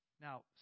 Now